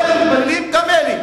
גם אלה מתפללים וגם אלה,